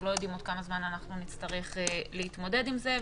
לא יודעים עוד כמה זמן אנחנו נצטרך להתמודד עם זה.